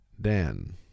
Dan